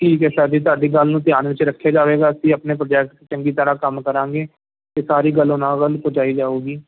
ਠੀਕ ਹੈ ਸਰ ਜੀ ਤੁਹਾਡੀ ਗੱਲ ਨੂੰ ਧਿਆਨ ਵਿੱਚ ਰੱਖਿਆ ਜਾਵੇਗਾ ਅਸੀਂ ਆਪਣੇ ਪ੍ਰੋਜੈਕਟ 'ਚ ਚੰਗੀ ਤਰ੍ਹਾਂ ਕੰਮ ਕਰਾਂਗੇ ਅਤੇ ਸਾਰੀ ਗੱਲ ਉਹਨਾਂ ਵੱਲ ਪਹੁੰਚਾਈ ਜਾਵੇਗੀ